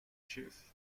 chief